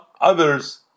others